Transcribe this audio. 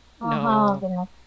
No